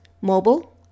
mobile